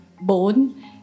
bone